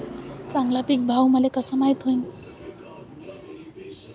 चांगला पीक भाव मले कसा माइत होईन?